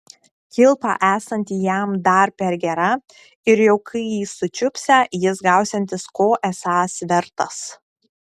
kilpa esanti jam dar per gera ir jau kai jį sučiupsią jis gausiantis ko esąs vertas